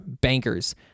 bankers